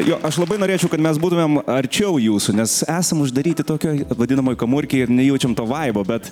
jo aš labai norėčiau kad mes būtumėm arčiau jūsų nes esam uždaryti tokioj vadinamoj kamurkėj ir nejaučiam to vaibo bet